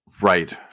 Right